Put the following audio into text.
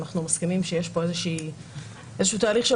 אנחנו מסכימים שיש פה איזשהו תהליך של